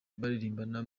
baririmbana